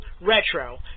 Retro